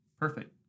Perfect